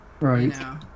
right